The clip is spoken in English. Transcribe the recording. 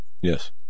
Yes